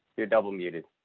you're double muted.